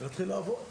נתחיל לעבוד.